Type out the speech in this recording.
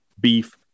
Beef